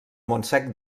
montsec